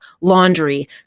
laundry